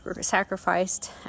sacrificed